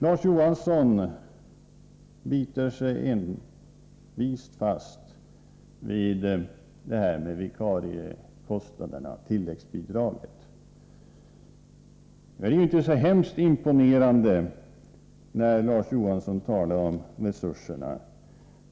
Larz Johansson biter sig envist fast vid tilläggsbidraget för vikariekostnaderna. Det är inte så hemskt imponerande när Larz Johansson talar om resurserna.